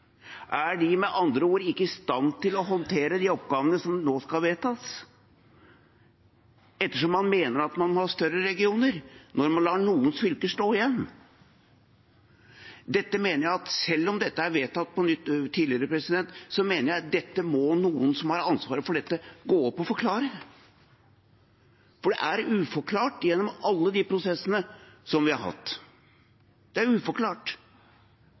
håndtere de oppgavene som nå skal vedtas, ettersom man mener at man må ha større regioner, men lar noen fylker stå igjen? Selv om dette er vedtatt tidligere, mener jeg at noen som har ansvaret for dette, må gå opp og forklare det, for det er uforklart gjennom alle de prosessene vi har hatt. Det er uforklart,